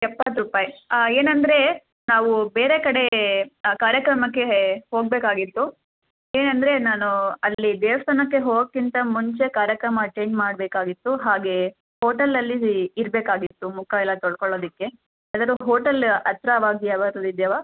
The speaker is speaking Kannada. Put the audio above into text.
ಎಪ್ಪತ್ತು ರೂಪಾಯಿ ಏನಂದರೆ ನಾವು ಬೇರೆ ಕಡೆ ಕಾರ್ಯಕ್ರಮಕ್ಕೆ ಹೋಗಬೇಕಾಗಿತ್ತು ಏನಂದರೆ ನಾನು ಅಲ್ಲಿ ದೇವಸ್ಥಾನಕ್ಕೆ ಹೋಗೋಕ್ಕಿಂತ ಮುಂಚೆ ಕಾರ್ಯಕ್ರಮ ಅಟೆಂಡ್ ಮಾಡಬೇಕಾಗಿತ್ತು ಹಾಗೇ ಹೋಟೆಲಲ್ಲಿ ಇರಬೇಕಾಗಿತ್ತು ಮುಖ ಎಲ್ಲ ತೊಳ್ಕೊಳ್ಳೋದಕ್ಕೆ ಯಾವ್ದಾರೂ ಹೋಟಲ್ಲ ಹತ್ರವಾಗಿ ಯಾವಾದ್ರೂ ಇದ್ದಾವಾ